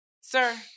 Sir